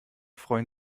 freuen